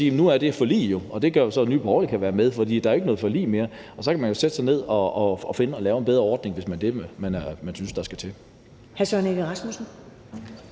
der det forlig, og det gør så, at Nye Borgerlige kan være med, fordi der ikke er noget forlig mere, og så kan man jo sætte sig ned og finde en bedre ordning, hvis det er det, man synes der skal til.